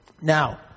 Now